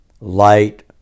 light